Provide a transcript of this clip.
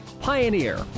Pioneer